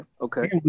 okay